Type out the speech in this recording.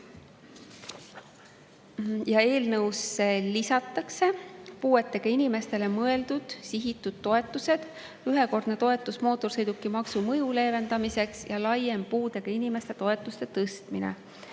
Eelnõusse lisatakse puuetega inimestele mõeldud sihitud toetused: ühekordne toetus mootorsõidukimaksu mõju leevendamiseks ja laiem puudega inimeste toetuste tõstmine.